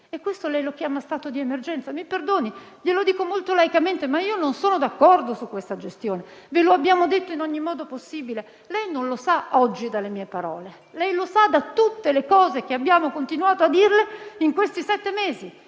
Questo lei lo chiama stato di emergenza? Mi perdoni, glielo dico molto laicamente, ma io non sono d'accordo su questa gestione. Ve lo abbiamo detto in ogni modo possibile e lei non lo sa oggi dalle mie parole: lei lo sa da tutte le cose che abbiamo continuato a dirle in questi sette mesi